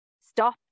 stop